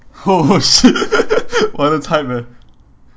oh shit !wah! that's hype man